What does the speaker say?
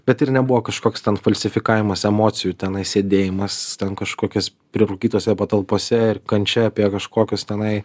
bet ir nebuvo kažkoks ten falsifikavimas emocijų tenai sėdėjimas ten kažkokios prirūkytose patalpose ir kančia apie kažkokius tenai